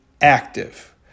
active